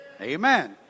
Amen